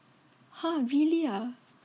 !huh! really ah